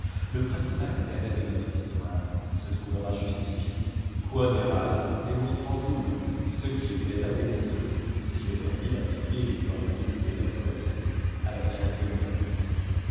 le principal intérêt de notre histoire se trouvera justifié quod erat demonstrandum ce qui était à démontrer s'il est permis d'appliquer les formules de la scolastique à la science des mœurs